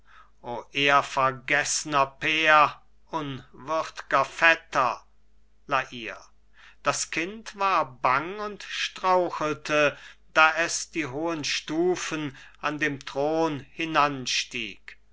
o ehrvergeßner pair unwürdger vetter la hire das kind war bang und strauchelte da es die hohen stufen an dem thron hinanstieg